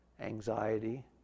anxiety